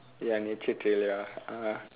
ya nature trail ya uh